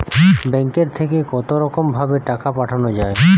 ব্যাঙ্কের থেকে কতরকম ভাবে টাকা পাঠানো য়ায়?